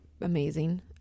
amazing